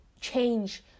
change